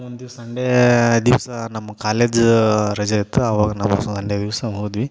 ಒಂದು ಸಂಡೇ ದಿವಸ ನಮ್ಮ ಕಾಲೇಜು ರಜೆ ಇತ್ತು ಅವಾಗ ನಾವು ಸ್ ಸಂಡೇ ದಿವಸ ಹೋದ್ವಿ